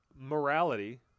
morality